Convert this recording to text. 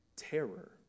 Terror